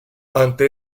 ante